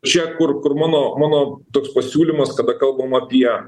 čia kur kur mano mano toks pasiūlymas kada kalbam apie